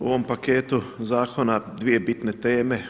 U ovom paketu zakona dvije bitne teme.